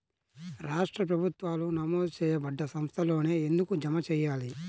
రాష్ట్ర ప్రభుత్వాలు నమోదు చేయబడ్డ సంస్థలలోనే ఎందుకు జమ చెయ్యాలి?